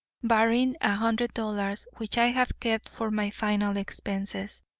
barring a hundred dollars which i have kept for my final expenses